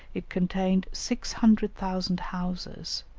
it contained six hundred thousand houses,